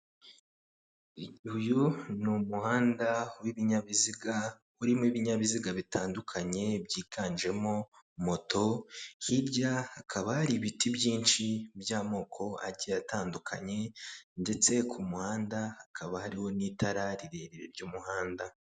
Uyu ni umuhanda w'ibinyabiziga, urimo ibinyabiziga bitandukanye byiganjemo moto, hirya hakaba hari ibiti byinshi by'amoko agiye atandukanye, ndetse ku muhanda hakaba hari n'itara rirerire ry'umuhanda.